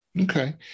Okay